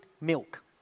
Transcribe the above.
milk